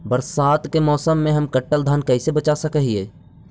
बरसात के मौसम में हम कटल धान कैसे बचा सक हिय?